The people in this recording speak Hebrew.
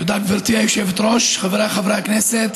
תודה, גברתי היושבת-ראש, חבריי חברי הכנסת,